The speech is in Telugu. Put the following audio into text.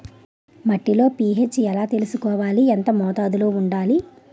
మట్టిలో పీ.హెచ్ ఎలా తెలుసుకోవాలి? ఎంత మోతాదులో వుండాలి?